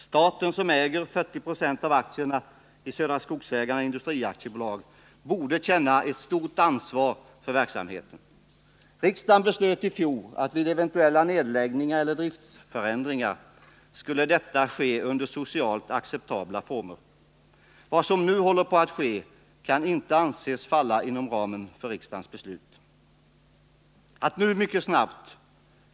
Staten, som äger 40 20 av aktierna i Södra Skogsägarna AB, borde känna ett stort ansvar för verksamheten. Riksdagen beslöt i fjol att eventuella nedläggningar eller driftförändringar skulle ske under socialt acceptabla former. Vad som nu håller på att ske kan inte anses falla inom ramen för riksdagens beslut. Att nu mycket snabbt.